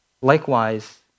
Likewise